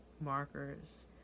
markers